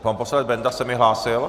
Pan poslanec Benda se hlásil?